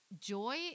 Joy